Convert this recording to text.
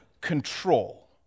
control